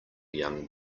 young